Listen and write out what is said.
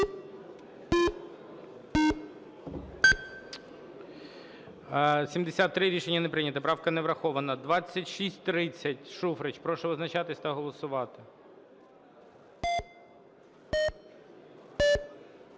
Рішення не прийнято. Правка не врахована. 2720, прошу визначатись та голосувати.